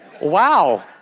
Wow